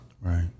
Right